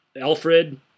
Alfred